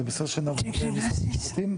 זה בסדר שנעבור למשרדים נוספים?